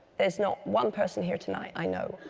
there's not one person here tonight i know,